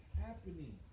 happening